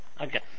Okay